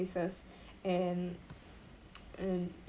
places and and